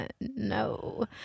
No